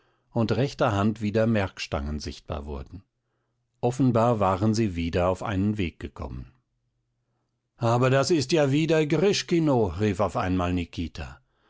und rechter hand wieder merkstangen sichtbar wurden offenbar waren sie wieder auf einen weg gekommen aber das ist ja wieder grischkino rief auf einmal nikita